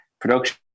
production